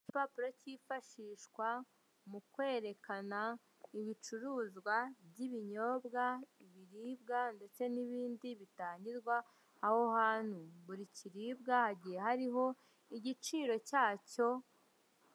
Igipapuro cyifashishwa mu kwerekana ibicuruzwa by'ibinyobwa , ibiribwa ndetse n'ibindi bitangirwa aho hantu. Buri kiribwa hagiye hariho igiciro cyacyo.